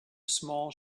small